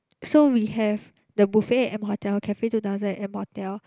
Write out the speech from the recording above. so we have the buffet at M-Hotel cafe two thousand at M-Hotel